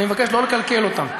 אני מבקש שלא לקלקל אותם.